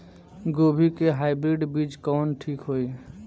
गोभी के हाईब्रिड बीज कवन ठीक होई?